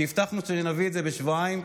כי הבטחנו שנביא את זה בשבועיים.